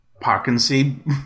parkinson